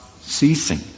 ceasing